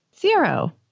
Zero